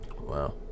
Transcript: Wow